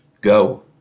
Go